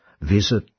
Visit